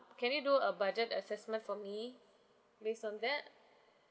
can you do a budget assessment for me based on that